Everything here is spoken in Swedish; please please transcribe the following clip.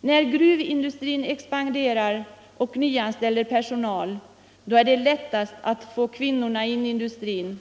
När gruvindustrin expanderar och nyanställer personal är det lättast att få kvinnorna in i industrin.